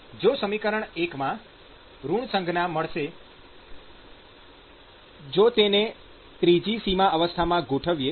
જો સમીકરણ ૧ માં ઋણ સંજ્ઞા મળશે જો તેને ત્રીજી સીમા અવસ્થામાં ગોઠવીએ